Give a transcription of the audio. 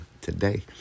today